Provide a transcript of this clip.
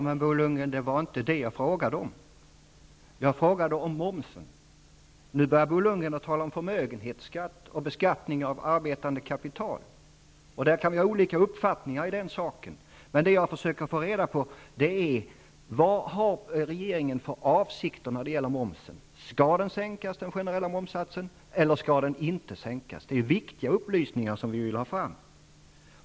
Fru talman! Det var inte det jag frågade om, Bo Lundgren. Jag frågade om momsen. Nu börjar Bo Lundgren att tala om förmögenhetsskatt och beskattning av arbetande kapital, något vi kan ha olika uppfattningar om. Vad jag försöker få reda på är vad regeringen har för avsikter när det gäller momsen. Skall den generella momssatsen sänkas, eller skall den inte sänkas? Detta är viktiga upplysningar, som vi vill ha fram.